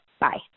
Bye